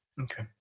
Okay